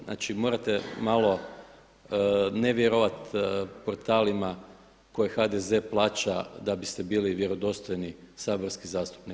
Znači, morate malo ne vjerovati portalima koje HDZ plaća da biste bili vjerodostojni saborski zastupnik.